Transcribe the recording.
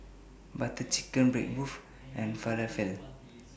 Butter Chicken Bratwurst and Falafel